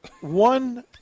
One